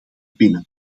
binnen